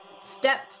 Step